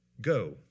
go